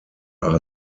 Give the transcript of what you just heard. are